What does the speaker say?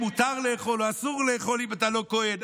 אם מותר לאכול או אסור לאכול אם אתה לא כהן.